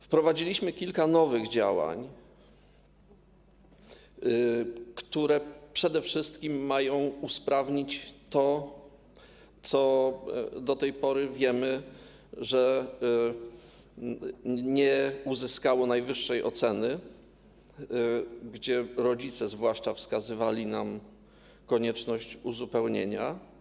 Wprowadziliśmy kilka nowych działań, które przede wszystkim mają usprawnić to, co do tej pory wiemy, że nie uzyskało najwyższej oceny, gdzie rodzice wskazywali nam na konieczność uzupełnienia.